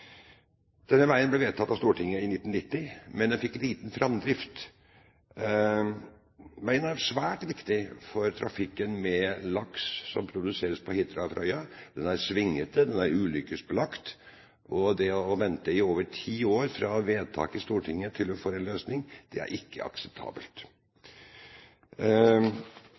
Denne veien ble vedtatt av Stortinget i 1990, men den fikk liten framdrift. Veien er svært viktig for trafikken med laks som produseres på Hitra og Frøya. Den er svingete, den er ulykkesbelagt, og det å vente i over ti år fra vedtak i Stortinget til man får en løsning, er ikke akseptabelt.